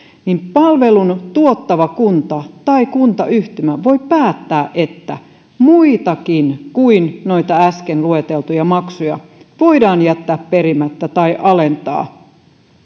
palvelun tuottava kunta tai kuntayhtymä voi päättää että muitakin kuin noita äsken lueteltuja maksuja voidaan jättää perimättä tai alentaa